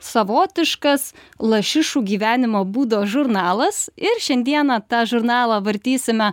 savotiškas lašišų gyvenimo būdo žurnalas ir šiandieną tą žurnalą vartysime